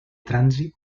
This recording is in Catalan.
trànsit